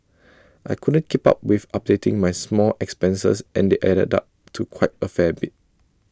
but I couldn't keep up with updating my small expenses and they added up to quite A fair bit